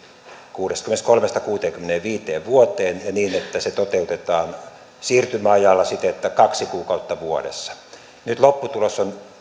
kuudestakymmenestäkolmesta kuuteenkymmeneenviiteen vuoteen ja niin että se toteutetaan siirtymäajalla siten että kaksi kuukautta vuodessa nyt lopputulos on